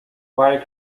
while